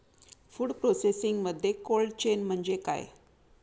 Food प्रोसेसिंगमध्ये cold chain म्हणजे काय?